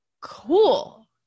Cool